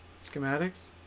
Schematics